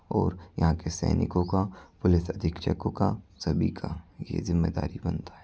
और यहाँ के सैनिकों का पुलिस अधीक्षकों का सभी का यह ज़िम्मेदारी बनता है